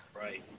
right